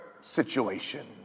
situation